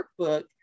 workbook